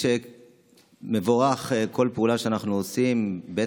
כל פעולה שאנחנו עושים היא מבורכת,